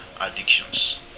addictions